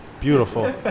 Beautiful